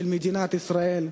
של מדינת ישראל.